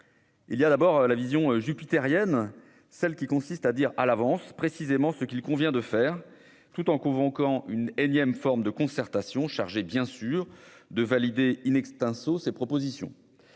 Il y a la vision jupitérienne, celle qui consiste à dire à l'avance et précisément ce qu'il convient de faire, tout en convoquant une énième forme de concertation, chargée bien sûr de valider ces propositions.